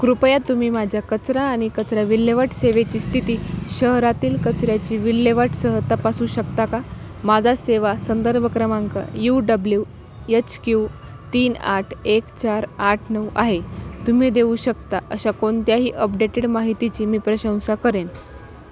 कृपया तुम्ही माझ्या कचरा आणि कचरा विल्हेवाट सेवेची स्थिती शहरातील कचऱ्याची विल्हेवाटसह तपासू शकता का माझा सेवा संदर्भ क्रमांक यू डब्ल्यू एच क्यू तीन आठ एक चार आठ नऊ आहे तुम्ही देऊ शकता अशा कोणत्याही अपडेटेड माहितीची मी प्रशंसा करेन